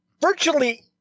virtually